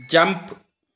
jump